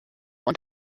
und